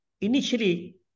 initially